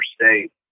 State